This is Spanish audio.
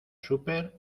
súper